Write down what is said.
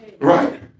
Right